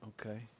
Okay